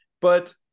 But-